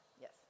yes